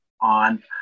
on